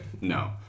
No